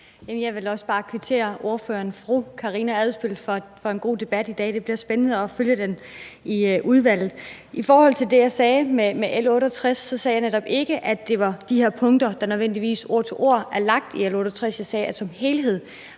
Jeg vil også bare kvittere ordføreren, fru Karina Adsbøl, for en god debat i dag – det bliver spændende at følge den i udvalget. I forhold til det, jeg sagde om L 68 B, vil jeg sige, at jeg netop ikke sagde, at det var de her punkter, der nødvendigvis ord til ord er lagt i L 68 B. Jeg sagde, at som helhed